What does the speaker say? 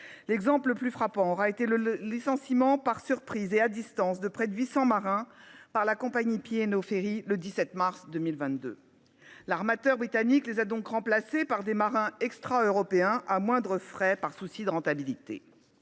L'exemple le plus frappant aura été le licenciement, par surprise et à distance, de près de 800 marins par la compagnie P&O Ferries le 17 mars 2022. L'armateur britannique les a remplacés par des marins extraeuropéens, à moindre coût, par souci de rentabilité.